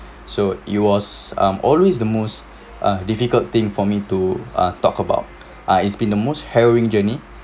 so it was um always the most uh difficult thing for me to uh talk about ah it's been the most harrowing journey